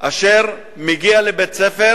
אשר מגיע לבית-ספר